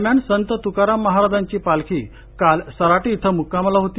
दरम्यान संत तुकाराम महाराजांची पालखी काल सराटी इथं मुक्कामाला होती